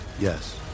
Yes